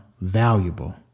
valuable